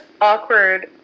awkward